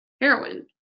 heroin